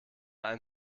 ein